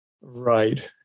Right